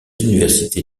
université